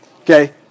okay